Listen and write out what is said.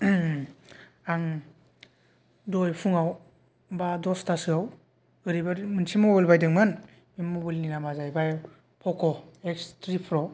आं दहाय फुङाव बा दसतासोआव ओरैबायदि मोनसे मबाइल बायदोंमोन मबाइलनि नामआ जाहैबाय अप्प' एक्स थ्रि प्र'